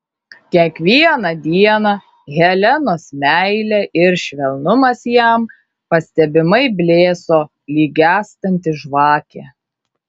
kiekvieną dieną helenos meilė ir švelnumas jam pastebimai blėso lyg gęstanti žvakė